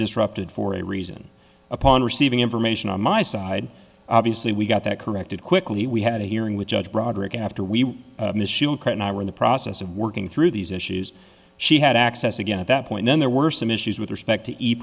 disrupted for a reason upon receiving information on my side obviously we got that corrected quickly we had a hearing with judge broderick after we were in the process of working through these issues she had access again at that point then there were some issues with respect to ea